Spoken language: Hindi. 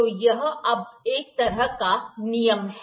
तो यह अब एक तरह का नियम है